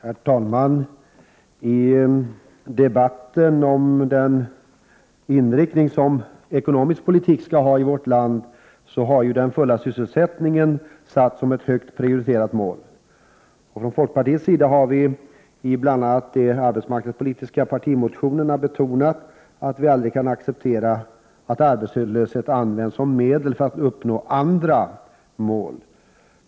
Herr talman! I debatten om den inriktning som ekonomisk politik skall ha i vårt land har den fulla sysselsättningen satts som ett högt prioriterat mål. Från folkpartiets sida har vi i bl.a. de arbetsmarknadspolitiska partimotionerna betonat att vi aldrig kan acceptera att arbetslöshet används som medel för att uppnå andra mål.